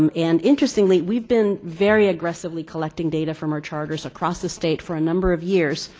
um and interestingly, we've been very aggressively collecting data from our charters across the state for a number of years,